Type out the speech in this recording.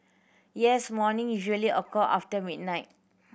yes morning usually occur after midnight